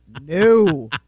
No